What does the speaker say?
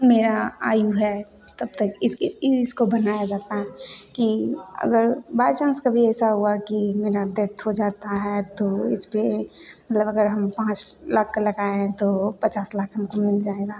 मेरी आयु है तब तक इसको बनाया जाता है कि अगर बाई चांस कभी ऐसा हुआ कि मेरी डेथ हो जाती है तो इस पर जब अगर हम पाँच लाख का लगाएँ तो पचास लाख हमको मिल जाएगा